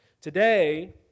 Today